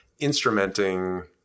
instrumenting